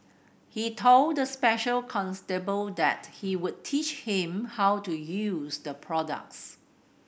he told the special constable that he would teach him how to use the products